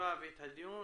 הישיבה ואת הדיון,